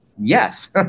yes